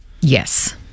yes